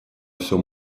всем